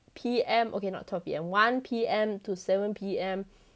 P_M okay not twelve P_M one P_M to seven P_M